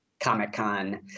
Comic-Con